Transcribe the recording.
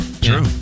True